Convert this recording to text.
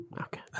Okay